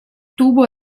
tubo